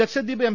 Lakshadweep M